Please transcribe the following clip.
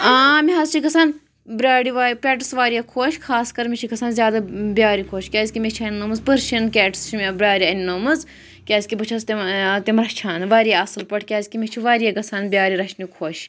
آ مےٚ حظ چھِ گژھان برٛارِ وا پیٚٹٕس واریاہ خۄش خاص کَر مےٚ چھِ گژھان زیادٕ برٛارِ خۄش کیازکہِ مےٚ چھِ اَننٲومٕژ پٔرشیٚن کیٹٕس چھِ مےٚ برٛارِ اَننٲومٕژ کیٛازِکہِ بہٕ چھَس تِم ٲں تِم رَچھان واریاہ اصٕل پٲٹھۍ کیٛازِکہِ مےٚ چھِ واریاہ گژھان برٛارِ رَچھنہِ خۄش